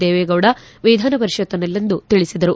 ದೇವೇಗೌಡ ವಿಧಾನಪರಿಷತ್ತಿನಲ್ಲಿಂದು ತಿಳಿಸಿದರು